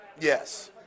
yes